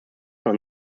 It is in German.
noch